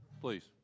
please